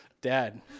Dad